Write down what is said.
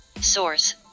Source